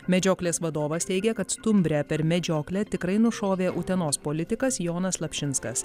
medžioklės vadovas teigia kad stumbrę per medžioklę tikrai nušovė utenos politikas jonas slapšinskas